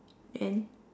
and